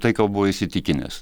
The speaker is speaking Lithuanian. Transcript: tai kuo buvo įsitikinęs